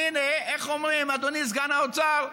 והינה, איך אומרים, אדוני סגן שר האוצר?